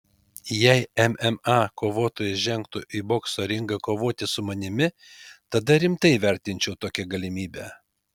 jei mma kovotojas žengtų į bokso ringą kovoti su manimi tada rimtai vertinčiau tokią galimybę